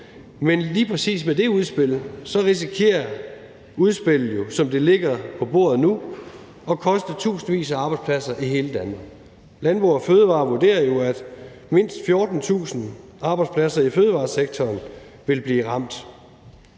men lige præcis hvad angår det udspil, risikerer man, at udspillet, som det ligger på bordet nu, vil koste tusindvis af arbejdspladser i hele Danmark. Landbrug & Fødevarer vurderer jo, at mindst 14.000 arbejdspladser i fødevaresektoren vil blive ramt.